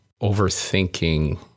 overthinking